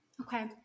Okay